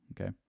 okay